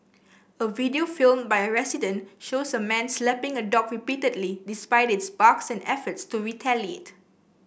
a video filmed by a resident shows a man slapping a dog repeatedly despite its barks and efforts to retaliate